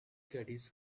caddies